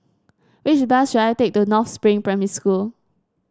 which bus should I take to North Spring Primary School